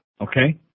Okay